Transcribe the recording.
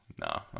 no